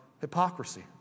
hypocrisy